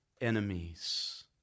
enemies